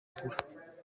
agura